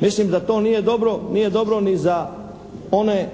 Mislim da to nije dobro, nije dobro ni za one